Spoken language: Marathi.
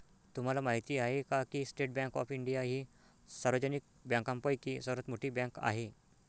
तुम्हाला माहिती आहे का की स्टेट बँक ऑफ इंडिया ही सार्वजनिक बँकांपैकी सर्वात मोठी बँक आहे